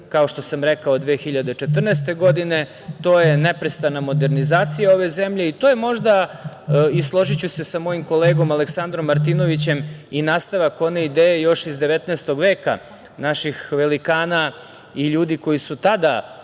kao što sam rekao, 2014. godine. To je neprestana modernizacija ove zemlje i to je možda, složiću se sa mojim kolegom Aleksandrom Martinovićem, nastavak one ideje još iz 19. veka naših velikana i ljudi koji su tada